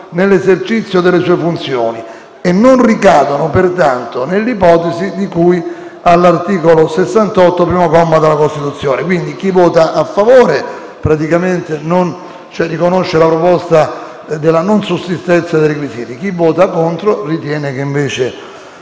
nell'esercizio delle sue funzioni e non ricadono pertanto nell'ipotesi di cui all'articolo 68, primo comma, della Costituzione. Quindi, chi vota a favore riconosce la validità della proposta della non sussistenza dei requisiti, mentre chi vota contro ritiene che i